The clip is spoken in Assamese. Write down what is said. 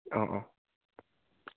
অ' অ'